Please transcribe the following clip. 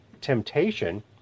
temptation